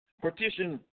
partition